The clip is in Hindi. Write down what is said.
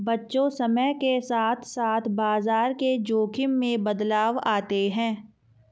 बच्चों समय के साथ साथ बाजार के जोख़िम में बदलाव आते हैं